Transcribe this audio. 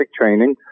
training